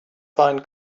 find